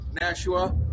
Nashua